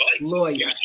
lawyer